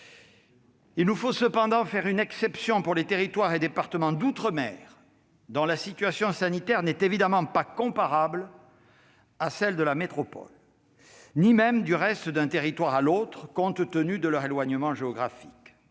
Il nous faut cependant faire une exception pour les collectivités et départements d'outre-mer, dont la situation sanitaire n'est évidemment pas comparable à celle de la métropole, ni même du reste d'un territoire à l'autre, compte tenu de leur éloignement géographique.